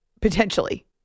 Potentially